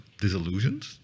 disillusioned